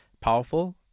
powerful